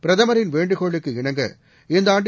பிரதமரின் வேண்டுகோளுக்கு இணங்க இந்தாண்டு